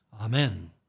Amen